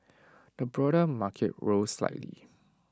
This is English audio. the broader market rose slightly